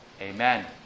Amen